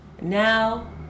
Now